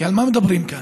כי על מה מדברים כאן?